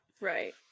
Right